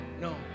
no